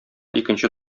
икенче